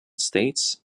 states